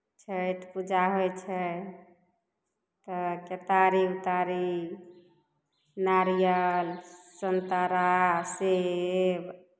छठि पूजा होइ छै तऽ केतारी उतारी नारियल संतरा सेब